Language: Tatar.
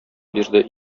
бирде